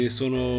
sono